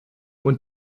und